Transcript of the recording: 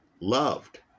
loved